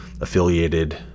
affiliated